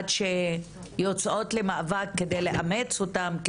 עד שיוצאות למאבק כדי לאמץ אותן,